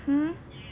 hmm